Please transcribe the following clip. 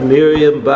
Miriam